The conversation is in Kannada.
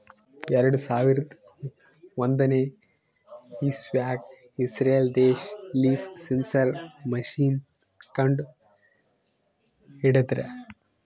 ಎರಡು ಸಾವಿರದ್ ಒಂದನೇ ಇಸವ್ಯಾಗ್ ಇಸ್ರೇಲ್ ದೇಶ್ ಲೀಫ್ ಸೆನ್ಸರ್ ಮಷೀನ್ ಕಂಡು ಹಿಡದ್ರ